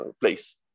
place